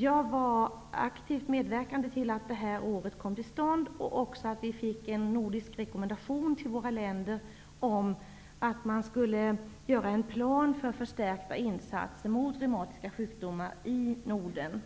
Jag var aktivt medverkande till att det här året kom till stånd och till att vi fick en nordisk rekommendation till våra länder om att man skall göra en plan för förstärkta insatser mot reumatiska sjukdomar i Norden.